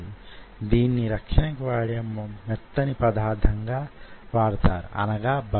ఈ ఉపన్యాసాలలో సాంకేతిక పద్ధతులకు యెక్కువ భాగాన్ని కేటాయిస్తాను